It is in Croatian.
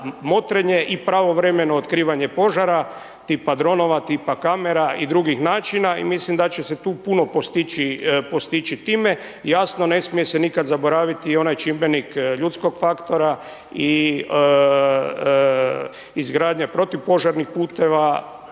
i pravovremeno otkrivanje požara, tipa dronova, tipa kamera i drugih načina i mislim da će se tu puno postići time. Jasno, ne smije se nikad zaboraviti i onaj čimbenik ljudskog faktora i izgradnja protupožarnih puteva,